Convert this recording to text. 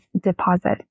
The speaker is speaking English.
deposit